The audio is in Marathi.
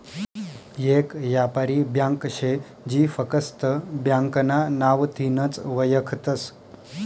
येक यापारी ब्यांक शे जी फकस्त ब्यांकना नावथीनच वयखतस